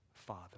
father